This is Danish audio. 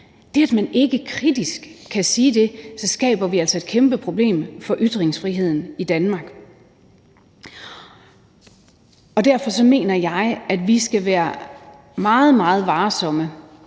Det, at man ikke kritisk kan sige det, gør altså, at vi så skaber et kæmpe problem for ytringsfriheden i Danmark. Derfor mener jeg, at vi skal være meget, meget varsomme